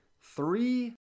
three